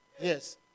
Yes